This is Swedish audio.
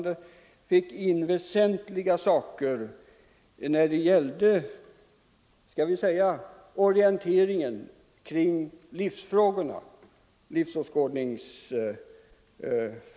De fanns med också i propositionens skrivning, men de underströks mycket starkt i betänkandet.